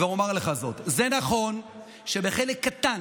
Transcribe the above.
ואומר לך זאת: זה נכון שבחלק קטן,